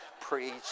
preach